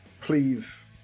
Please